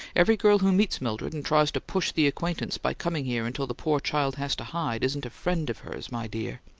every girl who meets mildred, and tries to push the acquaintance by coming here until the poor child has to hide, isn't a friend of hers, my dear!